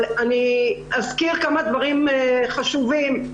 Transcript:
אזכיר כמה דברים חשובים.